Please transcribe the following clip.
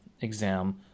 exam